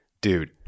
dude